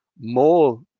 more